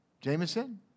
Jameson